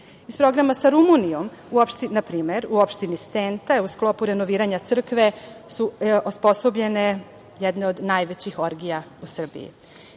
Iz programa sa Rumunijom, na primer, u opštini Senta je u sklopu renoviranja crkve su osposobljene jedne od najvećih orgulja u Srbiji. Mogla